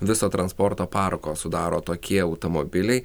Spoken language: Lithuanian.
viso transporto parko sudaro tokie automobiliai